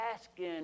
asking